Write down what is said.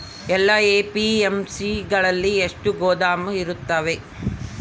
ಎಲ್ಲಾ ಎ.ಪಿ.ಎಮ್.ಸಿ ಗಳಲ್ಲಿ ಎಷ್ಟು ಗೋದಾಮು ಇರುತ್ತವೆ?